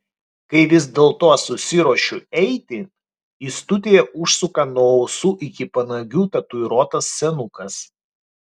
kai vis dėlto susiruošiu eiti į studiją užsuka nuo ausų iki panagių tatuiruotas senukas